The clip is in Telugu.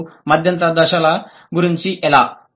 మరియు మధ్యంతర దశల గురించి ఎలా